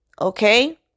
okay